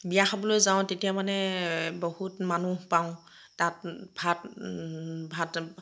বিয়া খাবলৈ যাওঁ তেতিয়া মানে বহুত মানুহ পাওঁ তাত ভাত ভাত